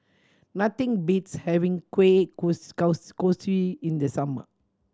nothing beats having Kueh Kosui in the summer